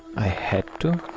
i had to,